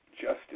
justice